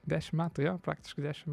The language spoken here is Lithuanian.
dešim metų jo praktiškai dešim